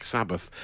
Sabbath